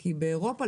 כי באירופה,